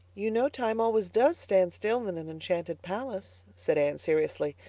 you know time always does stand still in an enchanted palace, said anne seriously.